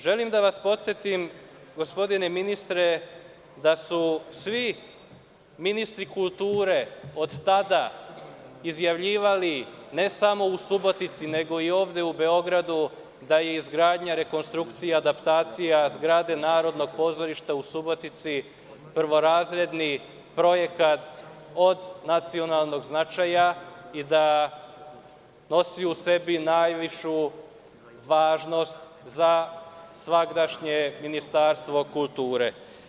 Želim da vas podsetim, gospodine ministre, da su svi ministri kulture od tada izjavljivali, ne samo u Subotici, nego i ovde u Beogradu, da je izgradnja, rekonstrukcija, adaptacija zgrade Narodnog pozorišta u Subotici prvorazredni projekat od nacionalnog značaja i da nosi u sebi najvišu važnost za svagdašnje Ministarstvo kulture.